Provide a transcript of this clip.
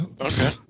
Okay